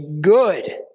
good